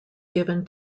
given